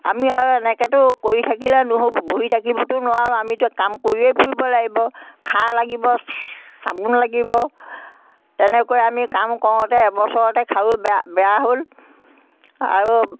আমি আৰু এনেকৈতো কৰি থাকিলে নহ'ব বহি থাকিবতো নোৱাৰোঁ আমিতো কাম কৰিয়ে ফুৰিব লাগিব খাৰ লাগিব চাবোন লাগিব তেনেকৈ আমি কাম কৰোঁতে এবছৰতে খাৰু বেয়া বেয়া হ'ল আৰু